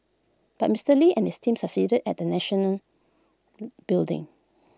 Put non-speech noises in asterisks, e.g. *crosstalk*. but Mister lee and his team succeeded at national *hesitation* building